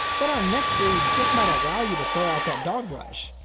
but our next breed just might allow you to throw out that dog brush,